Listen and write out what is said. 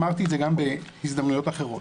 אמרתי את זה גם בהזדמנויות אחרות,